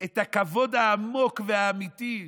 הכבוד העמוק והאמיתי,